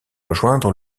rejoindre